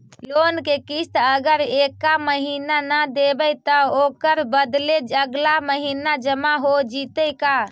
Loan के किस्त अगर एका महिना न देबै त ओकर बदले अगला महिना जमा हो जितै का?